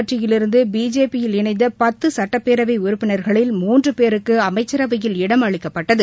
கட்சியிலிருந்துபிஜேபி யில் இணைந்தபத்துசட்டப்பேரவைஉறுப்பினர்களில் காங்கிரஸ் மூன்றுபேருக்குஅமைச்சரவையில் இடம் அளிக்கப்பட்டது